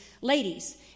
ladies